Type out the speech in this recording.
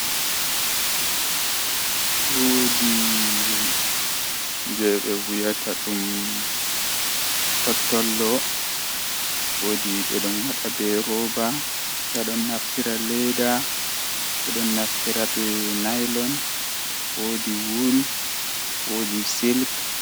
Taalel taalel jannata booyel, Woodi himbeeji hakkilinta be koodeji do himbe jangata koode irin goddo man kondei odon laara koodere don jalinamo, Nyende odon joodi nde kodere man jali kanko fu sei o jali, Sei o wolwini kodere man kodere man nooti m, Emimo dume o yidi ovi kodere man owala ceede oyidi saare o banga debbo o mara bikkoi, Sei kodere man wee mo taa odaama do be lewru oheban ko oyidi fuu nder lewru man ohebi kala ko oyidi fuu onani beldum, Takala mulus.